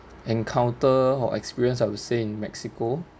encounter or experience I would say in mexico